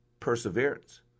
perseverance